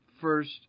first